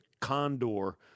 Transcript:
condor